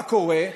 מה קורה?